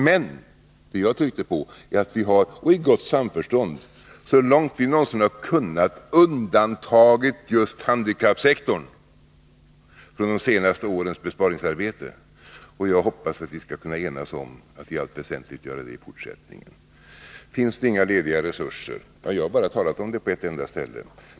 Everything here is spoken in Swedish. Men det jag tryckte på är att vi i gott samförstånd, så långt vi någonsin har kunnat, har undantagit just handikappsektorn från de senaste årens besparingsarbete. Och jag hoppas att vi skall kunna enas om att i allt väsentligt göra det i fortsättningen. Börje Nilsson säger att det inte finns lediga resurser någonstans — jag har talat om det bara beträffande ett ställe.